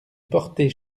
porter